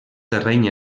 terreny